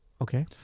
okay